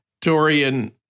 Dorian